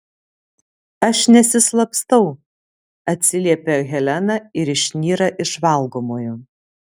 aš nesislapstau atsiliepia helena ir išnyra iš valgomojo